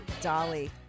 Dolly